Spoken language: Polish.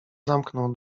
zamknął